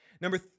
Number